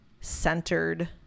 centered